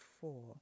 four